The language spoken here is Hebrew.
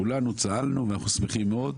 כולנו צהלנו ואנחנו שמחים מאוד.